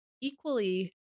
equally